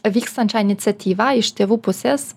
vykstančią iniciatyvą iš tėvų pusės